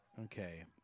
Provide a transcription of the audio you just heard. Okay